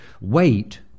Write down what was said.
Wait